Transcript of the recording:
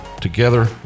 Together